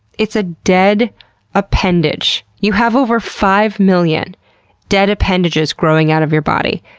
it's a dead appendage! you have over five million dead appendages growing out of your body.